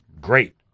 great